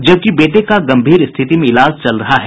जबकि बेटे का गंभीर स्थिति में इलाज चल रहा है